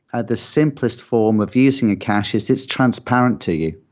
ah the simplest form of using a cache is it's transparent to you.